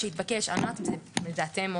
כי למיטב ידיעתנו לא.